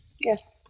yes